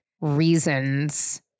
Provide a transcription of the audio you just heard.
reasons